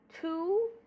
Two